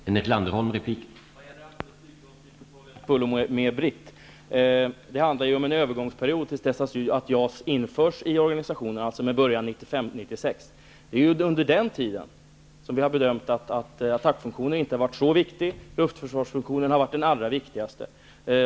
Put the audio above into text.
Herr talman! När det gäller antalet flygplan håller jag till fullo med Britt Bohlin. Det handlar ju om en övergångsperiod fram till dess att JAS införs i organisationen, dvs. till början av 1995-1996. Vi har bedömt att attackfunktionen inte är så viktig under denna övergångsperiod, utan att det är luftförsvarsfunktionen som är det allra viktigaste.